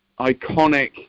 iconic